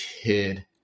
kid